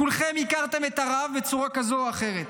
כולכם הכרתם את הרב בצורה כזו או אחרת,